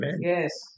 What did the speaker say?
Yes